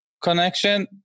connection